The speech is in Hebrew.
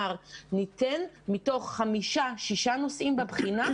לתלמידים: מתוך חמישה שישה נושאים בבחינה,